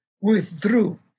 withdrew